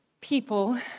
people